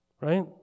right